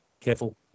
Careful